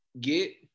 get